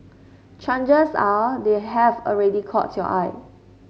chances are they have already caught your eye